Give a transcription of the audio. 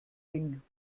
ding